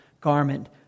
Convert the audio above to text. garment